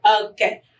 Okay